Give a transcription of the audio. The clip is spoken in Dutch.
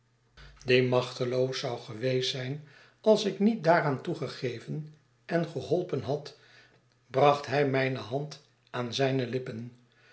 zou geweest zijn als ik niet daaraan toegegeven en geholpen had bracht hij mijne hand aan zijne lippen